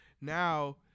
now